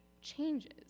changes